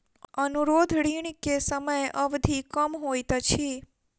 अनुरोध ऋण के समय अवधि कम होइत अछि